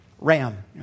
Ram